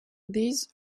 these